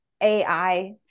AI